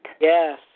Yes